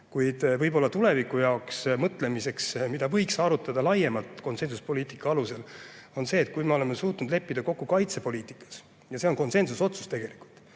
Kuid võib-olla tuleviku jaoks mõtlemiseks, mida võiks arutada laiemalt konsensuspoliitika alusel, on see, et kui me oleme suutnud leppida kokku kaitsepoliitikas – ja see on konsensusotsus –,